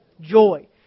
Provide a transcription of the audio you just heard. Joy